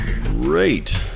great